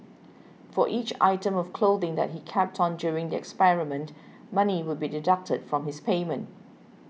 for each item of clothing that he kept on during the experiment money would be deducted from his payment